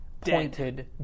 pointed